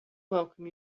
welcome